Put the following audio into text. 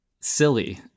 silly